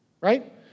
right